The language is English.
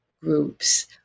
groups